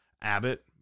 Abbott